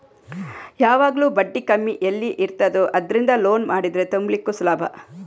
ಯಾವಾಗ್ಲೂ ಬಡ್ಡಿ ಕಮ್ಮಿ ಎಲ್ಲಿ ಇರ್ತದೋ ಅದ್ರಿಂದ ಲೋನ್ ಮಾಡಿದ್ರೆ ತುಂಬ್ಲಿಕ್ಕು ಸುಲಭ